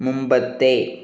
മുമ്പത്തെ